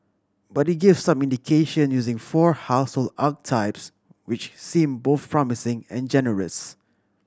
but it gave some indication using four household archetypes which seem both promising and generous